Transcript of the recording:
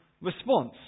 response